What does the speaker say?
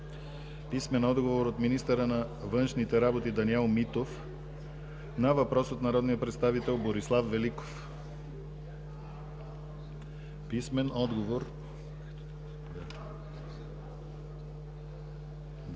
писмен отговор от министъра на външните работи Даниел Митов на въпрос от народния представител Борислав Великов; - писмен отговор